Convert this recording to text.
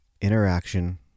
Interaction